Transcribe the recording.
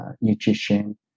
nutrition